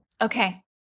Okay